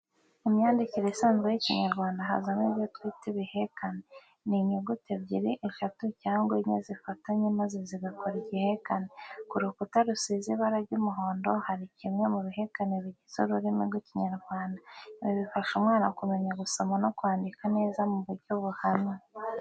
Imyandikire isanzwe y'Ikinyarwanda hazamo ibyo twita ibihekane. Ni inyuguti ebyiri, eshatu cyangwa enye zifatanye maze zigakora igihekane. Ku rukuta rusize ibara ry'umuhondo hari kimwe mu bihakene bigize ururimi rw'Ikinyarwanda. Ibi bifasha umwana kumenya gusoma no kwandika neza mu buryo buhamye.